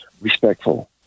respectful